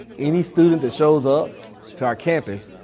any student that shows up to our campus,